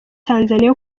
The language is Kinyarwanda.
tanzania